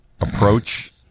approach